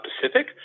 pacific